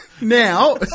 now